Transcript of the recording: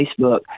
Facebook